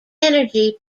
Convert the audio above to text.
energy